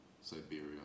Siberia